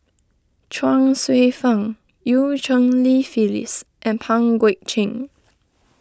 Chuang Hsueh Fang Eu Cheng Li Phyllis and Pang Guek Cheng